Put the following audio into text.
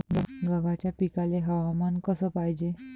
गव्हाच्या पिकाले हवामान कस पायजे?